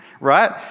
right